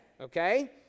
Okay